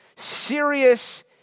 Serious